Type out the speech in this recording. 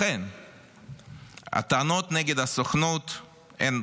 לכן הטענות נגד הסוכנות הן,